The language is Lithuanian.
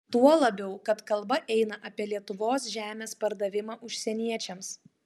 tuo labiau kad kalba eina apie lietuvos žemės pardavimą užsieniečiams